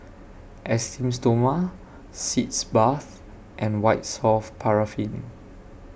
Esteem Stoma Sitz Bath and White Soft Paraffin